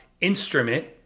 instrument